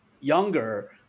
younger